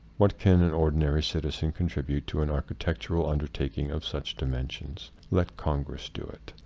what can an ordinary citizen contribute to an architectural undertaking of such dimensions? let congress do it.